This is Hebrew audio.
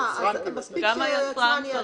אה, אז מספיק שהיצרן יאשר.